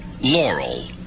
Laurel